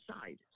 side